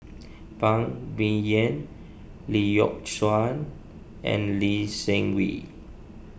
Phan Ming Yen Lee Yock Suan and Lee Seng Wee